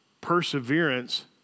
perseverance